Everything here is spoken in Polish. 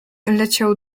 leciał